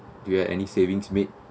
do you have any savings made